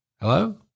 Hello